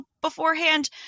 beforehand